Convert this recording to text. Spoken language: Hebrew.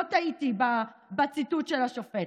לא טעיתי בציטוט של השופט.